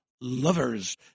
lovers